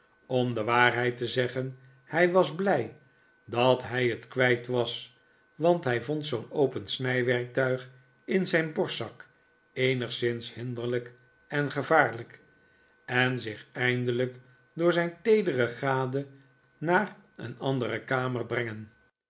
om de waarheid te zeggen hij was blij dat hij het kwijt was want hij vond zoo'n open snijwerktuig in een borstzak eenigszins hinderlijk en gevaarlijk en zich eindelijk door zijn teedere gade naar een andere kamer brengen